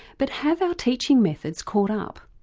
but have our teaching methods caught up?